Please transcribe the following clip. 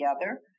together